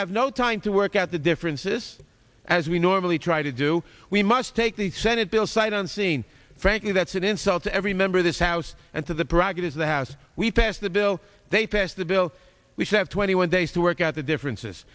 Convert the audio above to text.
have no time to work out the differences as we normally try to do we must take the senate bill site unseen frankly that's an insult to every member of this house and to the prerogatives of the house we passed the bill they passed the bill we have twenty one days to work out the differences